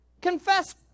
Confess